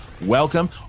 welcome